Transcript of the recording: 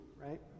right